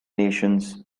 nations